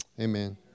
amen